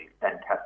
fantastic